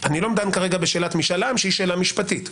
- איני דן כרגע בשאלת משאל עם כי היא שאלה משפטית.